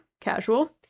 casual